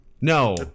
No